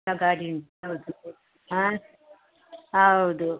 ಗಾಡಿ ಉಂಟು ಹೌದು ಹಾಂ ಹೌದು